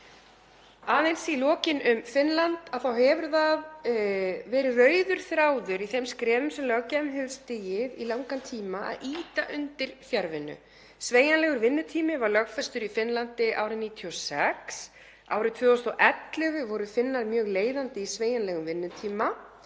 Aðeins í lokin um Finnland þá hefur það verið rauður þráður í þeim skrefum sem löggjafinn hefur stigið í langan tíma að ýta undir fjarvinnu. Sveigjanlegur vinnutími var lögfestur í Finnlandi árið 1996. Árið 2011 voru Finnar mjög leiðandi í sveigjanlegum vinnutíma